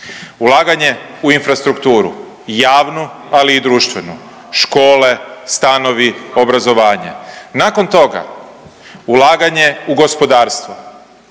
ulaganje u infrastrukturu javnu ali i društvenu, škole, stanovi, obrazovanje. Nakon toga ulaganje u gospodarstvo,